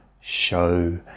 show